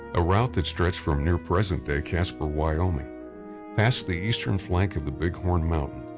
a route that stretched from near present-day casper, wyoming past the eastern flank of the big horn mountain,